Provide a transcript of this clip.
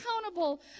accountable